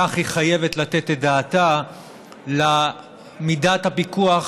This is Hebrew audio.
כך היא חייבת לתת את דעתה למידת הפיקוח